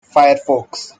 firefox